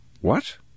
What